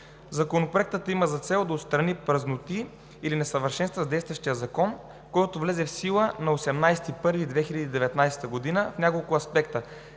Законопроектът има за цел да отстрани празноти или несъвършенства с действащия закон, който влезе в сила на 18 януари 2019 г. в няколко аспекта: